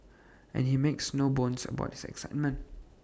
and he makes no bones about his excitement